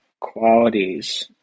qualities